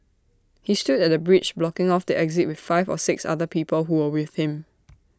he stood at the bridge blocking off the exit with five or six other people who were with him